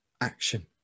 action